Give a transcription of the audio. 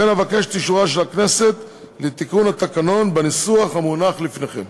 לכן אבקש את אישורה של הכנסת לתיקון התקנון בניסוח המונח לפניכם.